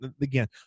again